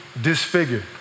Disfigured